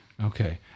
Okay